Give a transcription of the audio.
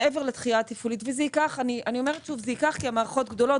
מעבר לדחייה התפעולית וזה ייקח זמן כי המערכות גדולות